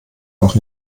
auch